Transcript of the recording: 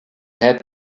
had